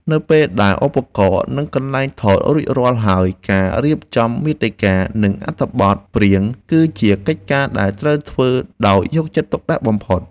នៅពេលដែលឧបករណ៍ និងកន្លែងថតរួចរាល់ហើយការរៀបចំមាតិកា និងអត្ថបទព្រាងគឺជាកិច្ចការដែលត្រូវធ្វើដោយយកចិត្តទុកដាក់បំផុត។